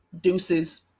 Deuces